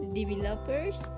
developers